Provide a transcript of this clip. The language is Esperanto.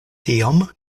tiom